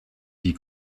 die